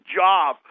job